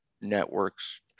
networks